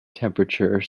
temperature